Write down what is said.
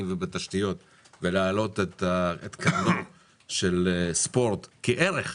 ובתשתיות ולהעלות את קרנו של ספורט כערך,